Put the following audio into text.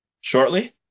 shortly